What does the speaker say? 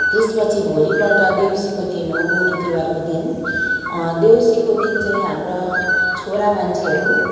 त्यसपछि भोलिपल्ट देउसीको दिन हो गोरु तिहारको दिन देउसीको दिन चाहिँ हाम्रो छोरा मान्छेहरू